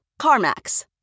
CarMax